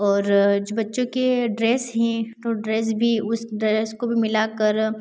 और जो बच्चों के ड्रेस हैं तो ड्रेस भी उस ड्रेस को भी मिलाकर